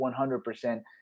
100%